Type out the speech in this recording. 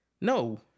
no